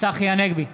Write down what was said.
צחי הנגבי,